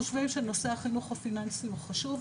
חושבים שנושא החינוך הפיננסי הוא חשוב,